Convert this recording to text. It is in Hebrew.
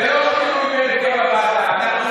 חס וחלילה, זה לא שינוי בהרכב הוועדה.